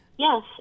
Yes